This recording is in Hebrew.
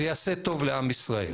זה יעשה טוב לעם ישראל.